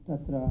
तत्र